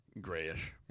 Grayish